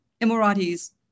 Emiratis